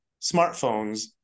smartphones